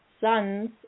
sons